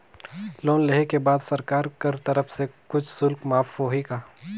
Loan लेहे के बाद सरकार कर तरफ से कुछ शुल्क माफ होही का?